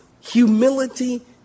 Humility